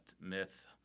myth